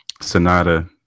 Sonata